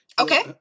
okay